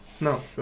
No